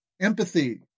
empathy